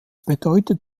bedeutet